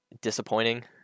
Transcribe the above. Disappointing